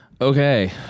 Okay